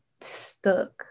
stuck